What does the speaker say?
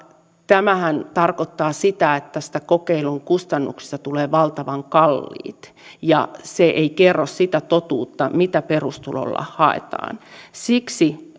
tämähän tarkoittaa sitä että kokeilun kustannuksista tulee valtavan kalliit ja se ei kerro sitä totuutta mitä perustulolla haetaan siksi